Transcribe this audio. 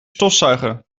stofzuigen